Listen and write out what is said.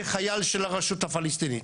כחייל של הרשות הפלסטינית,